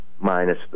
minus